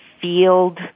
field